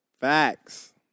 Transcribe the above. Facts